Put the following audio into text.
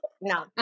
no